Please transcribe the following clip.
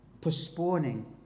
postponing